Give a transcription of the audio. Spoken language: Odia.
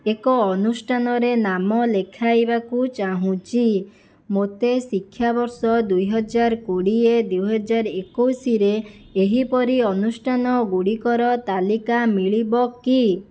ଏକ ଅନୁଷ୍ଠାନରେ ନାମ ଲେଖାଇବାକୁ ଚାହୁଁଛି ମୋତେ ଶିକ୍ଷାବର୍ଷ ଦୁଇ ହଜାର କୋଡ଼ିଏ ଦୁଇ ହଜାର ଏକୋଇଶରେ ଏହିପରି ଅନୁଷ୍ଠାନଗୁଡ଼ିକର ତାଲିକା ମିଳିବ କି